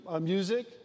music